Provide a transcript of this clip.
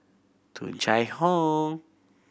Tung Chye Hong